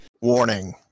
Warning